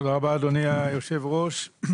תודה רבה, אדוני היושב ראש.